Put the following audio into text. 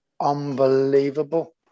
unbelievable